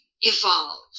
evolve